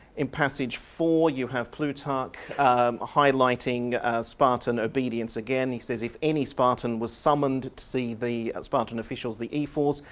in passage four you have plutarch highlighting spartan obedience again. he says if any spartan was summoned to see the spartan officials, the ephors,